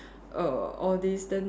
err all these then